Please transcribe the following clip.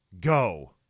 go